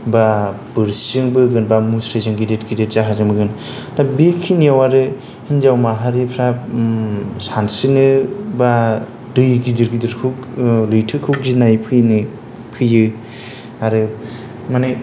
बा बोर्सिजों बोगोनबा मुस्रिजों गिदिर गिदिर जाहाजआव मोनगोन दा बिखिनिआव आरो हिनजाव माहारिफोरा सानस्रियो बा दै गिदिर गिदिरखौ लैथोखौ गिनाय फैयो आरो माने